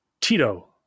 Tito